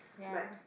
ya